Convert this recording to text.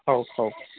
ହଉ ହଉ